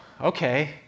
okay